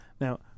now